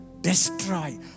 destroy